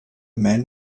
men